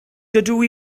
dydw